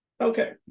Okay